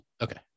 Okay